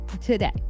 today